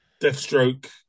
Deathstroke